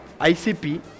ICP